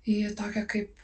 į tokią kaip